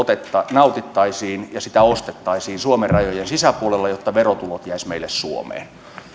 nautittaisiin ja sitä ostettaisiin suomen rajojen sisäpuolella jotta verotulot jäisivät meille suomeen